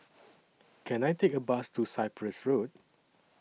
Can I Take A Bus to Cyprus Road